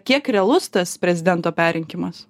kiek realus tas prezidento perrinkimas